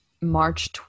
March